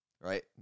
Right